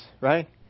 right